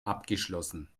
abgeschlossen